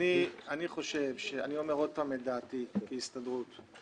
אני אומר עוד פעם את דעתי כיושב-ראש ההסתדרות.